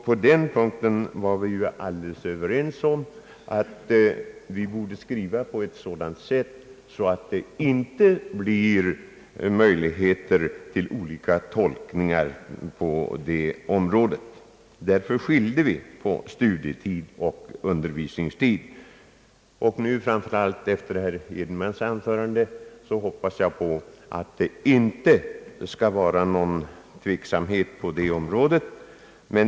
På den punkten var vi helt överens om att vi borde skriva på ett sådant sätt, att någon möjlighet till olika tolkningar inte föreligger. Därför skilde vi på »studietid» och »undervisningstid». Framför allt efter herr Edenmans anförande hoppas jag att det inte skall vara någon tveksamhet på den punkten.